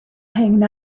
hanging